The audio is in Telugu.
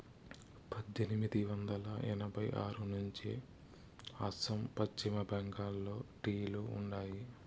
పద్దెనిమిది వందల ఎనభై ఆరు నుంచే అస్సాం, పశ్చిమ బెంగాల్లో టీ లు ఉండాయి